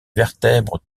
vertèbres